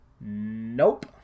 Nope